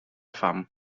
fam